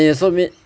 and it also mean